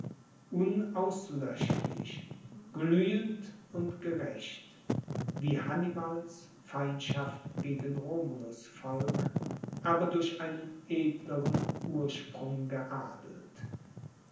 unauslöschlich glühend und gerecht wie hannibals feindschaft gegen romulus volk aber durch einen edleren ursprung geadelt